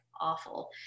awful